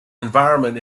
environment